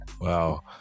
Wow